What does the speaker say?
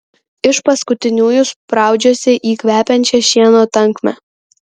iš paskutiniųjų spraudžiuosi į kvepiančią šieno tankmę